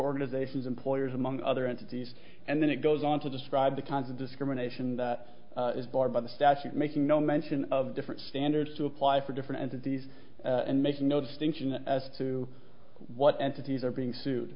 organizations employers among other entities and then it goes on to describe the kinds of discrimination that is barred by the statute making no mention of different standards to apply for different entities and make no distinction as to what entities are being sued